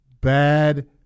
bad